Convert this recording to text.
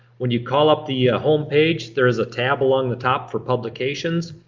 when you call up the ah home page there is a tab along the top for publications.